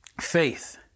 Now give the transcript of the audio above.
faith